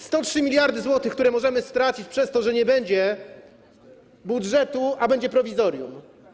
103 mld zł, które możemy stracić przez to, że nie będzie budżetu, a będzie prowizorium.